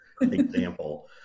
example